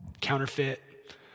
Counterfeit